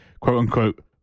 quote-unquote